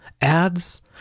ads